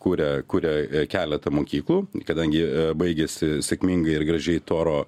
kuria kuria keletą mokyklų kadangi baigėsi sėkmingai ir gražiai toro